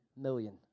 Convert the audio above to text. million